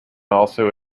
also